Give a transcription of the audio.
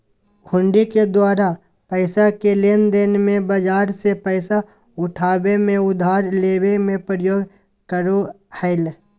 हुंडी के द्वारा पैसा के लेनदेन मे, बाजार से पैसा उठाबे मे, उधार लेबे मे प्रयोग करो हलय